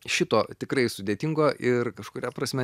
šito tikrai sudėtingo ir kažkuria prasme